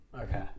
Okay